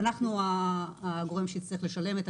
אנחנו הגורם שיצטרך לשלם את הפיצויים האלה.